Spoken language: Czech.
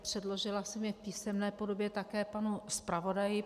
Předložila jsem je v písemné podobě také panu zpravodaji.